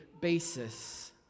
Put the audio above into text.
basis